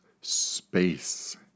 space